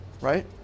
right